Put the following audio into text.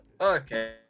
okay